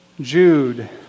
Jude